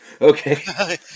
Okay